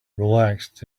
relaxed